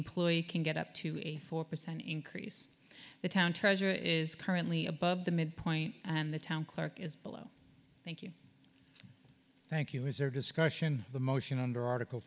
employee can get up to a four percent increase the town treasurer is currently above the midpoint and the town clerk is below thank you thank you is there discussion of the motion under article